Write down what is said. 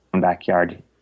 backyard